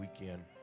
weekend